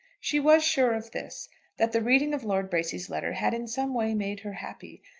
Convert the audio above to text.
she was sure of this that the reading of lord bracy's letter had in some way made her happy,